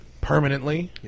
permanently